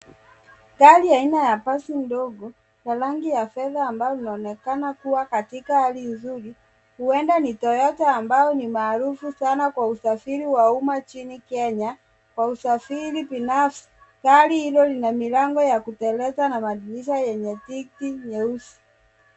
Gari aina ya basi ndogo ya rangi ya fedha ambayo inaonekana kuwa katika hali nzuri. Huenda ni Toyota ambayo ni maarufu sana kwa usafiri wa umma nchini Kenya. Gari hilo lina milango ya kuteleza na madirisha yenye tinti nyeusi.